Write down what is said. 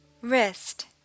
Wrist